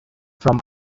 from